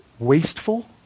wasteful